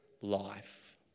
life